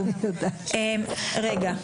רגע.